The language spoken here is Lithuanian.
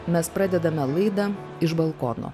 mes pradedame laidą iš balkono